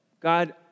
God